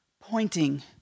pointing